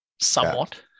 somewhat